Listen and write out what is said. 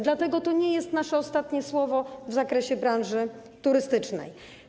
Dlatego to nie jest nasze ostatnie słowo w zakresie branży turystycznej.